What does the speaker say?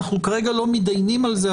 כרגע אנחנו לא מתדיינים על זה,